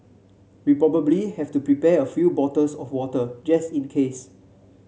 we probably have to prepare a few bottles of water just in case